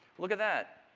look at that.